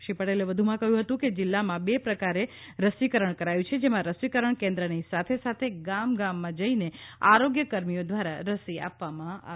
શ્રી પટેલે વધુમાં કહ્યું હતું કે જીલ્લામાં બે પ્રકારે રસીકરણ કરાયું જેમાં રસીકરણ કેન્દ્રની સાથે સાથે ગામ ગામમાં જઈને આરોગ્યકર્મીઓ દ્વારા રસી આપવામાં આવી